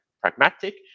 pragmatic